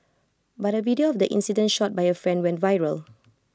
but A video of the incident shot by A friend went viral